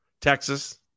Texas